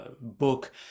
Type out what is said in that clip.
book